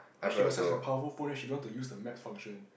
when she got such a powerful phone then she don't want to use the map function